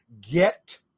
get